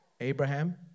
Abraham